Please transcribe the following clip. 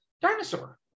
Dinosaur